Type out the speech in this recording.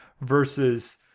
versus